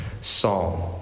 psalm